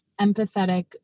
empathetic